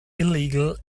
illegal